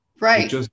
right